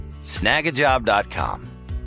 snagajob.com